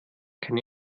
keine